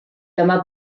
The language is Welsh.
dyma